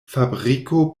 fabriko